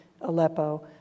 Aleppo